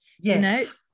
Yes